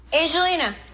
Angelina